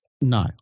No